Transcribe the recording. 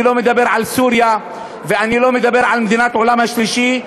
אני לא מדבר על סוריה ואני לא מדבר על מדינות העולם השלישי.